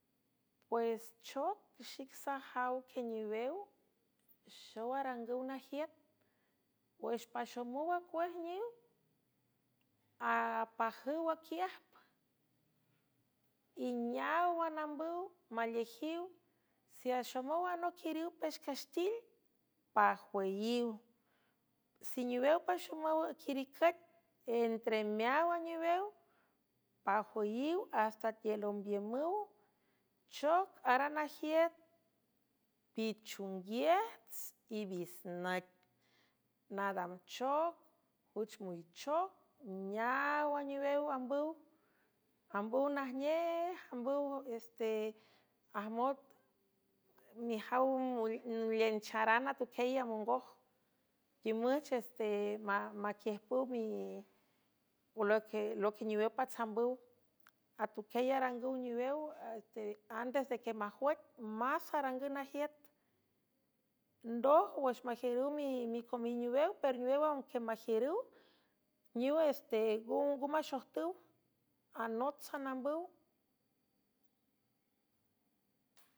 Pues choc xic sajaw quieniwew xow arangüw najiüt wüx paxomüw acuej niw apajüw aquiejp y neaw anambüw malejiw seaxomüw anoiiriw pexcaxtil pajuüyiw siniwew paxomüw quiricüec entre meaw a niwew pajwüyiw hasta tiel ombiümüw choc ara najiüt pichunguiets y visnüc nadam choc jüch müichoc neaw aniwew ambüw ambüw najnej ambüwste ajmot mijawliencharan atuquieyy amongoj imüchesemaquiüjpüw loquie niwew patsambüw atuquiey arangüw niwew antes de que majwüc más arangüw najiüt ndoj wüx majiürüw micomiwniwew pero newew a que majiürüw niw es tegaw nga maxojtüw anot sanambüw.